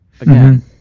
Again